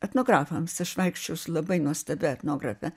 etnografams aš vaikščiojau su labai nuostabia etnografe